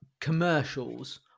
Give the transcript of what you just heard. commercials